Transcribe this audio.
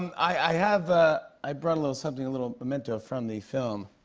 i have ah i brought a little something, a little memento from the film.